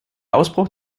ausbruch